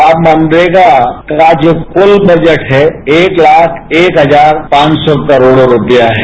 अब मनरेगा का जो कुल बजट है एक लाख एक हजार पांच सौ करोड़ रुपया है